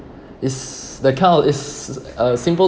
it's the kind of it's a symbol